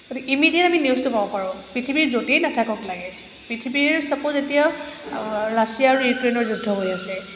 গতিকে ইমিডিয়েট আমি নিউজটো পা'ব পাৰোঁ পৃথিৱীৰ য'তেই নাথাকক লাগে পৃথিৱীৰ চাপজ এতিয়া ৰাছিয়া আৰু ইউক্ৰেইনৰ যুদ্ধ হৈ আছে